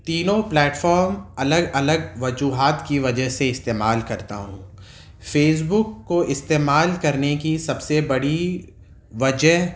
تینوں پلیٹفام الگ الگ وجوہات کی وجہ سے استعمال کرتا ہوں فیس بک کو استعمال کرنے کی سب سے بڑی وجہ